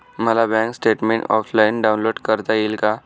मला bank statement offline download करता येईल का?